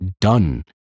done